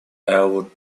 elwood